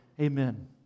Amen